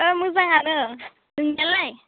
ओ मोजाङानो नोंनालाय